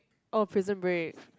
oh Prison Break